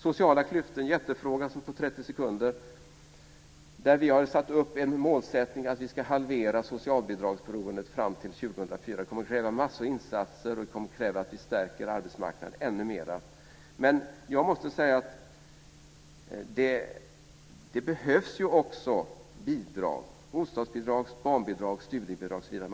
Sociala klyftor är en jättefråga som jag ska kommentera på 30 sekunder. Där har vi satt upp ett mål att vi ska halvera socialbidragsberoendet fram till 2004. Det kommer att kräva en massa insatser. Det kommer att kräva att vi stärker arbetsmarknaden ännu mera. Men jag måste säga att det behövs bidrag - bostadsbidrag, barnbidrag, studiebidrag osv.